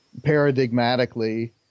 paradigmatically